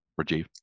Rajiv